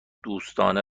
دوستانه